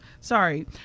sorry